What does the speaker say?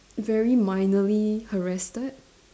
very minorly harassed